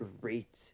great